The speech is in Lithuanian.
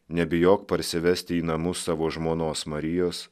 nebijok parsivesti į namus savo žmonos marijos